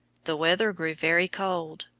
the weather grew very cold,